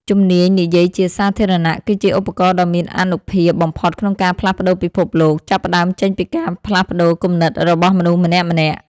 ជំនាញនិយាយជាសាធារណៈគឺជាឧបករណ៍ដ៏មានអានុភាពបំផុតក្នុងការផ្លាស់ប្តូរពិភពលោក ចាប់ផ្ដើមចេញពីការផ្លាស់ប្តូរគំនិតរបស់មនុស្សម្នាក់ៗ។